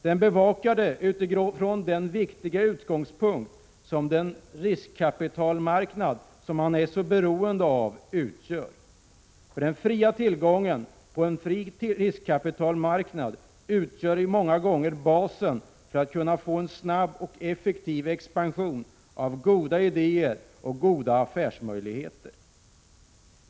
Den bevakade utgår från den viktiga utgångspunkt som den riskkapitalmarknad man är beroende av utgör. Den fria tillgången till en fri riskkapitalmarknad utgör många gånger basen för att kunna få en snabb och effektiv expansion för goda idéer och goda affärsmöjligheter.